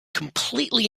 completely